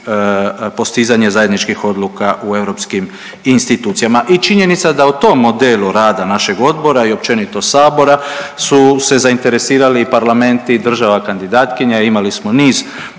postizanje zajedničkih odluka u europskim institucijama. I činjenica je da o tom modelu rada našeg odbora i općenito sabora su se zainteresirali i parlamenti država kandidatkinja, imali smo niz